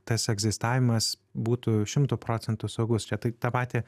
tas egzistavimas būtų šimtu procentų saugus čia taip tą patį